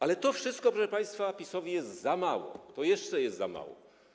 Ale to wszystko, proszę państwa, PiS-owi jest za mało, to jeszcze jest za mało.